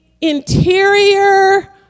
interior